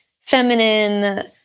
feminine